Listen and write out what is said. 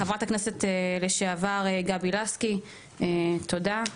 חברת הכנסת לשעבר, גבי לסקי, תודה.